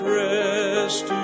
rest